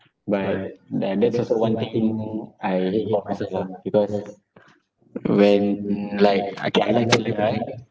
but tha~ that's also one thing I hate about myself lah because when like okay I like to learn right